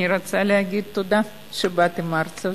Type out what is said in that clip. אני רוצה להגיד: תודה שבאתם ארצה,